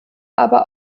aber